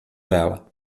ela